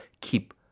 keep